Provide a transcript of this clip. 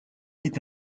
est